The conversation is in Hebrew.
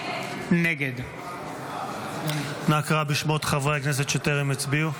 נגד אנא קרא בשמות חברי הכנסת שטרם הצביעו.